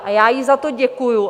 A já jí za to děkuju.